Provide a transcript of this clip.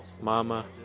mama